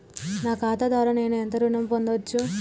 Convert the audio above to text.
నా ఖాతా ద్వారా నేను ఎంత ఋణం పొందచ్చు?